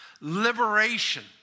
liberation